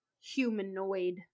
humanoid